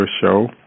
show